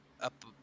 up